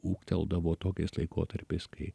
ūgteldavo tokiais laikotarpiais kai